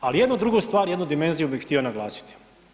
Ali, jednu drugu stvar, jednu dimenziju bih htio naglasiti.